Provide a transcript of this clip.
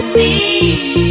need